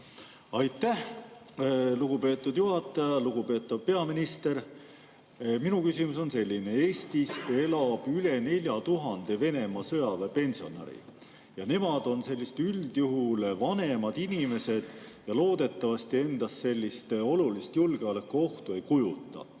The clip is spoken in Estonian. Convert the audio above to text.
Aitäh, lugupeetud juhataja! Lugupeetav peaminister! Minu küsimus on selline. Eestis elab üle 4000 Venemaa sõjaväepensionäri. Nad on üldjuhul vanemad inimesed ja loodetavasti endast olulist julgeolekuohtu ei kujuta.